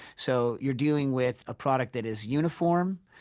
so you're dealing with a product that is uniform,